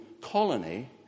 colony